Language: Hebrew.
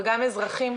וגם אזרחים,